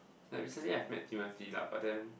like recently I've met Timothy lah but then